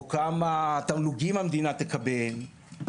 או כמה תמלוגים המדינה תקבל,